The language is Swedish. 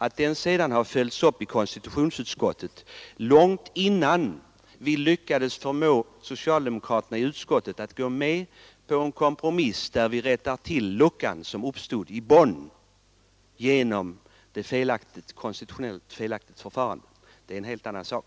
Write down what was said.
Att detta sedan har följts upp i konstitutionsutskottet, långt innan vi lyckades förmå socialdemokraterna i utskottet att gå med på en kompromiss där vi fyllde den lucka i representationen som uppstått i Bonn genom det konstitutionellt felaktiga förfarandet, det är en helt annan sak.